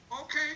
Okay